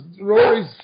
Rory's